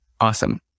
Awesome